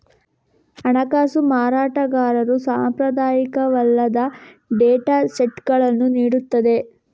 ಹಣಕಾಸು ಮಾರಾಟಗಾರರು ಸಾಂಪ್ರದಾಯಿಕವಲ್ಲದ ಡೇಟಾ ಸೆಟ್ಗಳನ್ನು ನೀಡುತ್ತಾರೆ